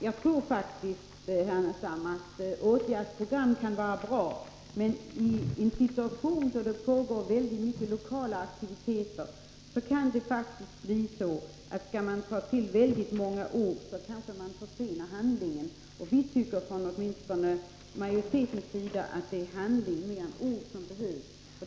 Jag tror visserligen, Ernestam, att åtgärdsprogram kan vara bra, men i en situation då det pågår mycket av lokala aktiviteter kan det faktiskt bli så, att om man använder alltför mycket ord, kan handlandet försenas. Och vi tycker åtminstone från majoritetens sida att det snarare är handling än ord som behövs.